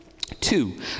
Two